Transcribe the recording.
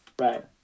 right